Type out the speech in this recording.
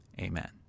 Amen